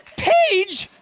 page?